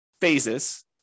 phases